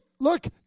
Look